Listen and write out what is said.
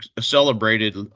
celebrated